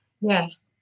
yes